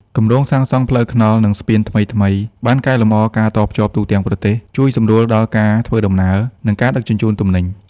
គម្រោងសាងសង់ផ្លូវថ្នល់ និងស្ពានថ្មីៗ បានកែលម្អការតភ្ជាប់ទូទាំងប្រទេស ជួយសម្រួលដល់ការធ្វើដំណើរ និងការដឹកជញ្ជូនទំនិញ។